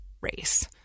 race